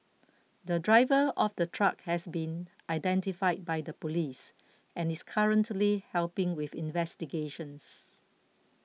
the driver of the truck has been identified by the police and is currently helping with investigations